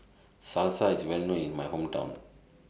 Salsa IS Well known in My Hometown